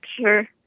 sure